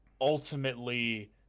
ultimately